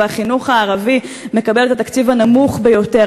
והחינוך הערבי מקבל את התקציב הנמוך ביותר.